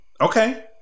Okay